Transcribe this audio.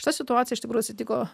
šita situacija iš tikrųjų atsitiko